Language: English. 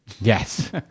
Yes